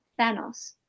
Thanos